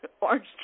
orange